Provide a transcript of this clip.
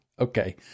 okay